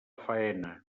faena